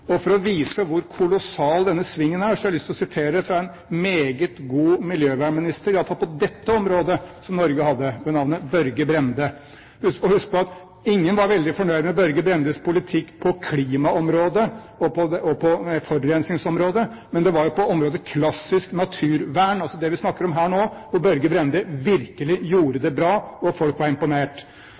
For å vise hvor kolossal denne svingen er, har jeg lyst til å sitere fra en meget god miljøvernminister – i hvert fall på dette området – som Norge hadde, ved navn Børge Brende. Husk på at ingen var veldig fornøyd med Børge Brendes politikk på klimaområdet og på forurensingsområdet, men det var på området klassisk naturvern – altså det vi snakker om her nå – hvor Børge Brende virkelig gjorde det bra og folk var imponert.